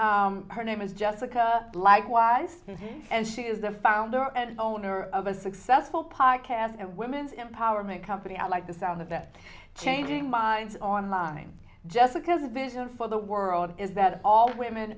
and her name is jessica likewise and she is the founder and owner of a successful podcast and women's empowerment company i like the sound of it changing minds online jessica's business for the world is that all women